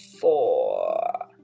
four